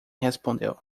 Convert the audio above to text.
respondeu